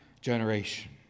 generation